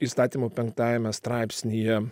įstatymo penktajame straipsnyje